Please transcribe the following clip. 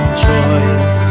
choice